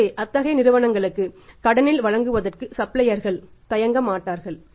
எனவே அத்தகைய நிறுவனங்களுக்கு கடனில் வழங்குவதற்கு சப்ளையர்கள் தயங்கமாட்டார்கள்